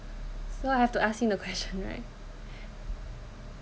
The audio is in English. so I have to ask him the question right